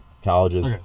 Colleges